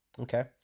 Okay